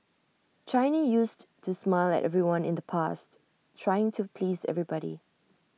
China used to smile at everyone in the past trying to please everybody